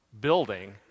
building